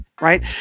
right